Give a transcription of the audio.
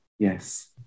Yes